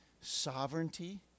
sovereignty